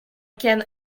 can